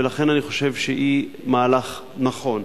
ולכן אני חושב שהיא מהלך נכון.